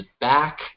back